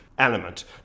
Element